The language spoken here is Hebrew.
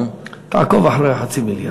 תעקוב אחרי ה-0.5 מיליארד.